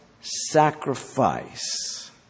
sacrifice